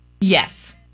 Yes